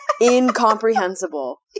incomprehensible